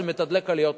זה מתדלק עליות מחירים.